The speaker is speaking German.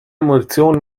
munition